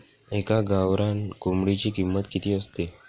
एका गावरान कोंबडीची किंमत किती असते?